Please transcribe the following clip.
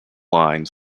line